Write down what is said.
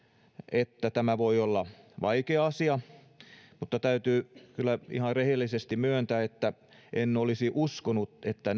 että tämä voi olla vaikea asia mutta täytyy kyllä ihan rehellisesti myöntää että en olisi uskonut että